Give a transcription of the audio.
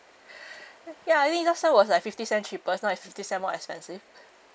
ya I think last time was like fifty cent cheaper now it's fifty cent more expensive